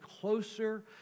closer